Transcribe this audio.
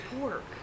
pork